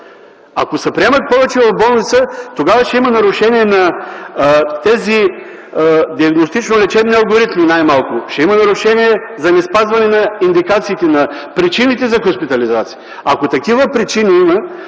Ако се приемат повече в болница, тогава ще има нарушение на тези диагностично-лечебни алгоритми най-малкото. Ще има нарушение за неспазване на индикациите, на причините за хоспитализация. Ако такива причини има,